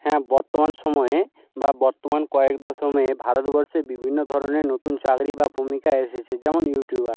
হ্যাঁ বর্তমান সময়ে বা বর্তমান কয়েক দশমে ভারতবর্ষে বিভিন্ন ধরনের নতুন চাকরি বা ভূমিকা এসেছে যেমন ইউটিউবার